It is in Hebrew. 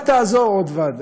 מה תעזור עוד ועדה?